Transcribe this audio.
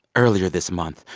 earlier this month,